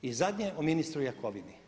I zadnje o ministru Jakovini.